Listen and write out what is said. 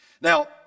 Now